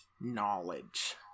knowledge